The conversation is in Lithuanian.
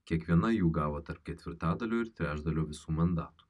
kiekviena jų gavo tarp ketvirtadalio ir trečdalio visų mandatų